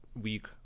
week